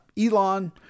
Elon